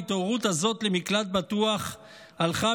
ההתעוררות הזאת למקלט בטוח הלכה